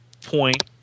point